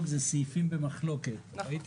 ומצבים שבהם נמסרה כבר הודעה על ידי הגוף